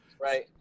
Right